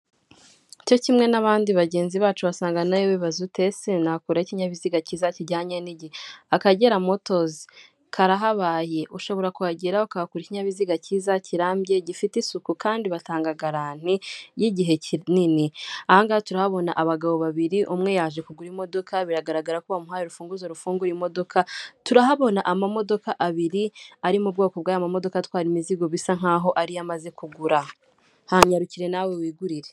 Cyo kimwe n'abandi bagenzi bacu wasanga nawe wibaza ute ese nakurahe ikinyabiziga cyiza kijyanye n'igihe akagera motozi karahabaye ,ushobora kuhagera ukakura ikinyabiziga cyiza kirambye, gifite isuku kandi batanga garanti y'igihe kinini .Aha ngaha turahabona abagabo babiri ,umwe yaje kugura imodoka biragaragara ko bamuhaye urufunguzo rufunguye imodoka, turahabona ama modoka abiri ari mu bwoko bwa yama modoka atwara imizigo bisa nk'aho ariyo amaze kugura hanyarukire nawe wigurire.